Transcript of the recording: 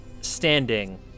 standing